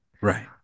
Right